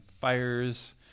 fires